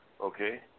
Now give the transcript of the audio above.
Okay